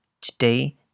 Today